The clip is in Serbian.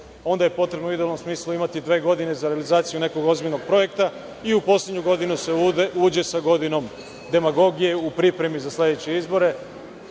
Onda je potrebno u idealnom smislu imati dve godine za realizaciju nekog ozbiljnog projekta i u poslednju godinu se uđe sa godinom demagogije u pripremi za sledeće izbore,